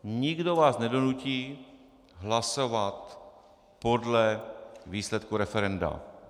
Nikdo vás nedonutí hlasovat podle výsledku referenda.